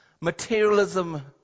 materialism